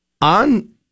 on